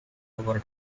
over